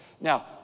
Now